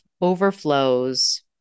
overflows